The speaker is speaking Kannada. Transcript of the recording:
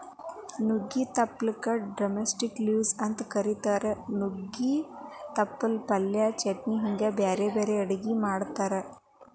ನುಗ್ಗಿ ತಪ್ಪಲಕ ಡ್ರಮಸ್ಟಿಕ್ ಲೇವ್ಸ್ ಅಂತ ಕರೇತಾರ, ನುಗ್ಗೆ ತಪ್ಪಲ ಪಲ್ಯ, ಚಟ್ನಿ ಹಿಂಗ್ ಬ್ಯಾರ್ಬ್ಯಾರೇ ಅಡುಗಿ ಮಾಡ್ತಾರ